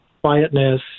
quietness